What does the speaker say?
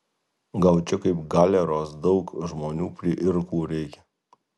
gal čia kaip galeros daug žmonių prie irklų reikia